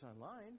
online